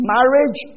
Marriage